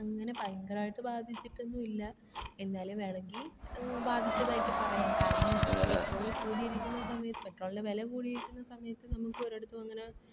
അങ്ങനെ ഭയങ്കരമായിട്ട് ബാധിച്ചിട്ടൊന്നുമില്ല എന്നാലും വേണമെങ്കിൽ ബാധിച്ചതായിട്ട് പറയാം കാരണം നമുക്ക് പെട്രോള് കൂടിയിരിക്കുന്ന സമയത്ത് പെട്രോളിൻ്റെ വില കൂടിയിരിക്കുന്ന സമയത്ത് നമുക്ക് ഒരിടത്തും അങ്ങനെ